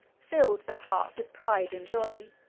filled their hearts with pride and joy